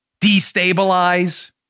destabilize